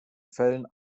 fällen